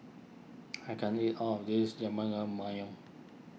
I can't eat all of this